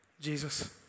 Jesus